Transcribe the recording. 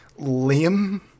Liam